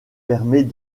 permet